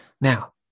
Now